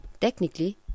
Technically